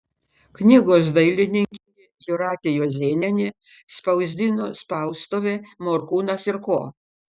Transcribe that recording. knygos dailininkė jūratė juozėnienė spausdino spaustuvė morkūnas ir ko